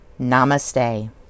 namaste